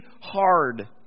hard